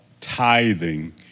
tithing